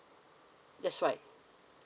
that's right